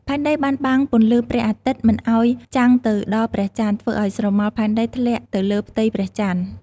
ផែនដីបានបាំងពន្លឺព្រះអាទិត្យមិនឲ្យចាំងទៅដល់ព្រះចន្ទ ធ្វើឲ្យស្រមោលផែនដីធ្លាក់ទៅលើផ្ទៃព្រះចន្ទ ។